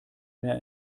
mehr